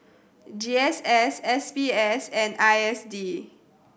G S S S B S and I S D